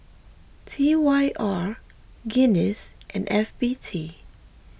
T Y R Guinness and F B T